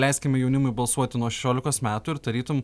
leiskime jaunimui balsuoti nuo šešiolikos metų ir tarytum